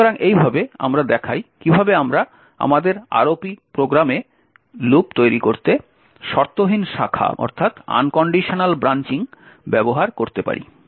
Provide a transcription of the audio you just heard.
সুতরাং এইভাবে আমরা দেখাই কিভাবে আমরা আমাদের ROP প্রোগ্রামে লুপ তৈরি করতে শর্তহীন শাখা ব্যবহার করতে পারি